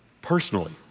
Personally